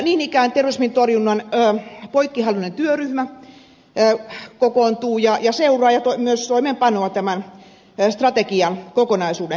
niin ikään terrorismin torjunnan poikkihallinnollinen työryhmä kokoontuu ja seuraa myös toimeenpanoa tämän strategian kokonaisuuden yhteydessä